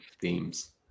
themes